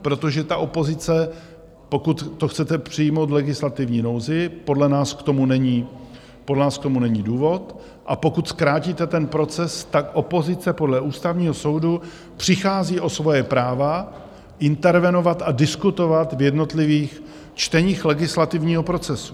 Protože ta opozice, pokud to chcete přijmout v legislativní nouzi, podle nás k tomu není, podle nás k tomu není důvod, a pokud zkrátíte ten proces, tak opozice podle Ústavního soudu přichází o svoje práva intervenovat a diskutovat v jednotlivých čteních legislativního procesu.